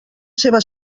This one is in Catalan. seva